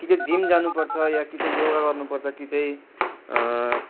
कि त जिम जानुपर्छ या कि चाहिँ योगा गर्नुपर्छ कि चाहिँ